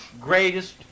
greatest